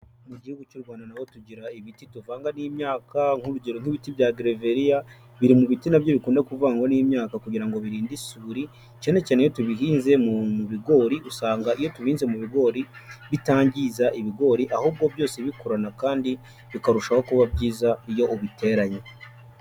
Mu gihugu cy'u Rwanda, naho tugira ibiti tuvanga n'imyaka, nk'urugero nk'ibiti bya gereveriya, biri mu biti na byo bikunda kuvangwa n'imyaka kugira ngo birinde isuri, cyane cyane iyo tubihinze mu bigori, usanga iyo tubihinze mu bigori bitangiza ibigori, ahubwo byose bikurana kandi bikarushaho kuba byiza iyo ubiteranye.